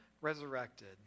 resurrected